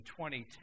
2010